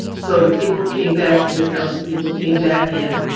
so the people came back, the council people came back in,